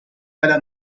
على